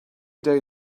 day